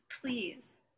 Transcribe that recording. please